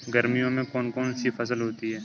गर्मियों में कौन कौन सी फसल होती है?